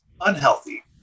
unhealthy